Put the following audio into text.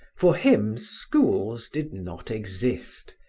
for him schools did not exist,